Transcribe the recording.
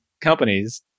companies